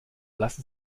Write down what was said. lassen